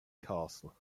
castle